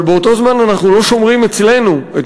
אבל באותו זמן אנחנו לא שומרים אצלנו את